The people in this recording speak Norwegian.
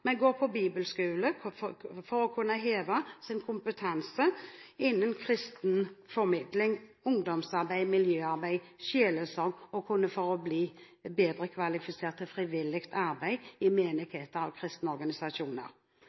men går på bibelskole for å kunne heve sin kompetanse innen kristen formidling, ungdomsarbeid, miljøarbeid og sjelesorg og for å kunne bli bedre kvalifisert til frivillig arbeid i menigheter og kristne organisasjoner.